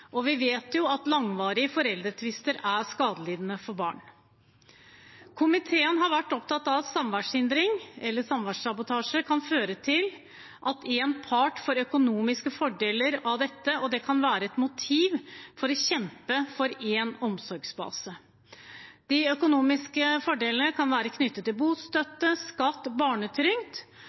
og vi vet jo at langvarige foreldretvister er skadelig for barn. Komiteen har vært opptatt av at samværshindring eller samværsabotasje kan føre til at én part får økonomiske fordeler av dette, og at det kan være et motiv for å kjempe for én omsorgsbase. De økonomiske fordelene kan være knyttet til bostøtte, skatt,